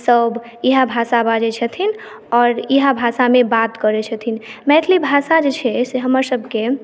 सब इएह भाषा बाजै छथिन आओर इएह भाषामे बात करै छथिन मैथिली भाषा जे छै से हमर सबकेँ